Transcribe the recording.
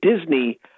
Disney